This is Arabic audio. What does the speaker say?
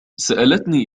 سألتني